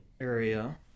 area